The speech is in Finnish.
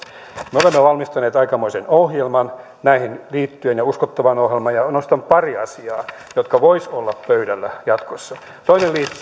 me olemme valmistaneet aikamoisen ohjelman näihin liittyen uskottavan ohjelman ja nostan pari asiaa jotka voisivat olla pöydällä jatkossa toinen liittyy